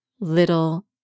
little